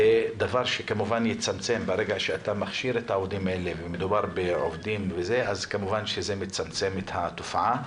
כאשר מכשירים את העובדים האלה זה כמובן מצמצם את התופעה.